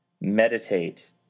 meditate